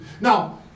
now